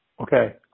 Okay